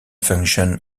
function